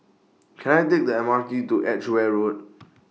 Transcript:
Can I Take The M R T to Edgeware Road